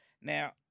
Now